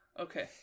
Okay